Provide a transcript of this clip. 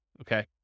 okay